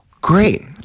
great